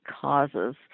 causes